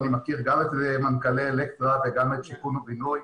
אני מכיר גם את מנכ"לי אלקטרה וגם את שיכון ובינוי.